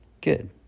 Good